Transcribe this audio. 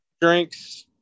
drinks